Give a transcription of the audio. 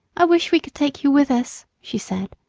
i wish we could take you with us, she said,